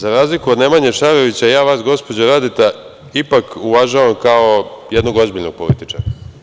Za razliku od Nemanje Šarovića, ja vas, gospođo Radeta, ipak uvažavam kao jednog ozbiljnog političara.